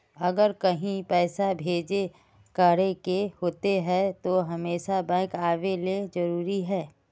अगर कहीं पैसा भेजे करे के होते है तो हमेशा बैंक आबेले जरूरी है?